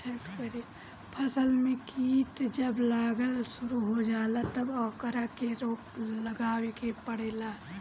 फसल में कीट जब लागल शुरू हो जाला तब ओकरा के रोक लगावे के पड़ेला